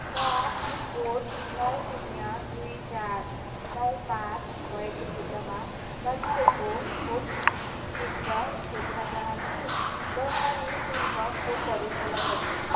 म पिनकोड नौ शून्य दुई चार नौ पाँच भएको क्षेत्रमा नजिकैको खोप केन्द्र खोज्न चाहन्छु जसमा नि शुल्क खोपहरू उपलब्ध छन्